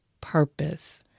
purpose